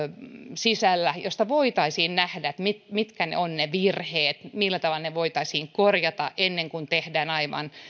sisällä ja jossa voitaisiin nähdä mitkä mitkä ovat ne virheet ja millä tavalla ne voitaisiin korjata ennen kuin tehdään aivan